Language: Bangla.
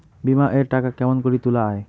বিমা এর টাকা কেমন করি তুলা য়ায়?